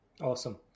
Awesome